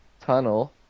tunnel